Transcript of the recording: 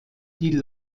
die